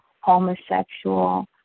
homosexual